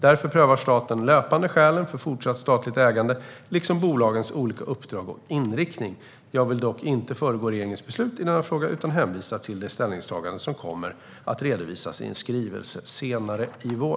Därför prövar staten löpande skälen för fortsatt statligt ägande liksom bolagens olika uppdrag och inriktning. Jag vill dock inte föregå regeringens beslut i denna fråga utan hänvisar till det ställningstagande som kommer att redovisas i en skrivelse senare i vår.